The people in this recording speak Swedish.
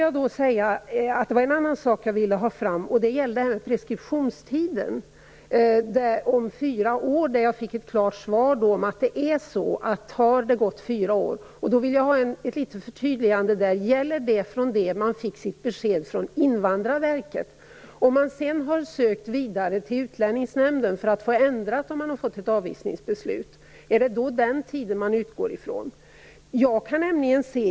Jag ville också ta upp frågan om den fyraåriga preskriptionstiden. Jag fick ett klart svar om att gränsen går vid fyra år. Jag vill ha ett litet förtydligande. Gäller detta från det att beskedet givits från Invandrarverket? Utgår man, i fall där vederbörande sökt vidare till Utlänningsnämnden för att få ett avvisningsbeslut ändrat, från den tidpunkt som då blir aktuell?